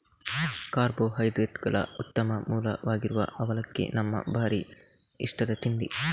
ಕಾರ್ಬೋಹೈಡ್ರೇಟುಗಳ ಉತ್ತಮ ಮೂಲವಾಗಿರುವ ಅವಲಕ್ಕಿ ನಮ್ಮ ಭಾರೀ ಇಷ್ಟದ ತಿಂಡಿ